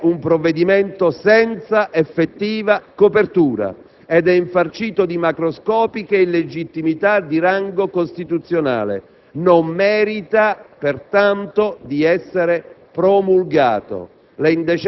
non ha un'effettiva copertura, ed è infarcito di macroscopiche illegittimità di rango costituzionale: non merita, pertanto, di essere promulgato.